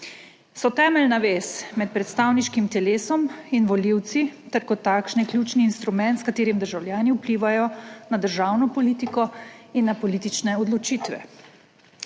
So temeljna vez med predstavniškim telesom in volivci ter kot takšne ključni instrument, s katerim državljani vplivajo na državno politiko in na politične odločitve.